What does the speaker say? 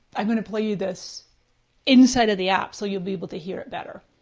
i'm gonna play you this inside of the app so you'll be able to hear it better.